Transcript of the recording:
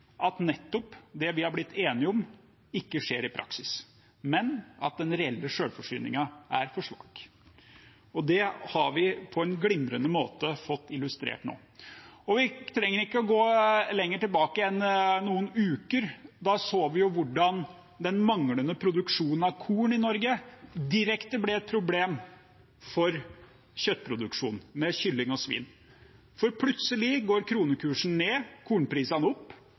at nettopp det vi har blitt enige om, ikke skjer i praksis, men at den reelle selvforsyningen er for svak. Det har vi på en glimrende måte fått illustrert nå. Vi trenger ikke gå lenger tilbake enn noen uker. Da så vi hvordan den manglende produksjonen av korn i Norge direkte ble et problem for kjøttproduksjonen, kylling og svin, for plutselig går kronekursen ned, kornprisene opp,